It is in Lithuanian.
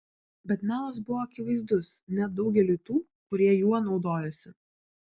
bet melas buvo akivaizdus net daugeliui tų kurie juo naudojosi